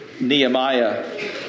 Nehemiah